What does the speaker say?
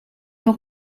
nog